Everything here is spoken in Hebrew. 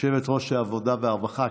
יושבת-ראש ועדת העבודה והרווחה.